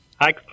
hi